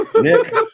Nick